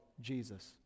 Jesus